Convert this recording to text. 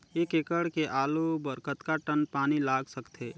एक एकड़ के आलू बर कतका टन पानी लाग सकथे?